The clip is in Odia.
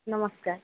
ନମସ୍କାର